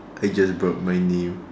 I just burped my name